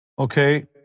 Okay